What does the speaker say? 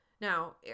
Now